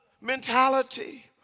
mentality